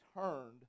turned